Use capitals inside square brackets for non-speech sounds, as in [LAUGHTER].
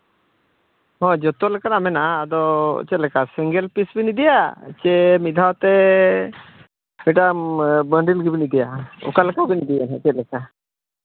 ᱦᱳᱭ ᱡᱚᱛᱚ ᱞᱮᱠᱟᱱᱟᱜ ᱢᱮᱱᱟᱜᱼᱟ ᱟᱫᱚ ᱪᱮᱫ ᱞᱮᱠᱟ ᱥᱤᱝᱜᱮᱞ ᱯᱤᱥ ᱵᱤᱱ ᱤᱫᱤᱭᱟ ᱪᱮ ᱢᱤᱫ ᱫᱷᱟᱣ ᱛᱮ [UNINTELLIGIBLE] ᱞᱟᱹᱜᱤᱫ ᱵᱤᱱ ᱤᱫᱤᱭᱟ ᱚᱠᱟ ᱞᱮᱠᱟ ᱵᱤᱱ ᱤᱫᱤᱭᱟ ᱪᱮᱫ ᱞᱮᱠᱟ